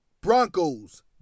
Broncos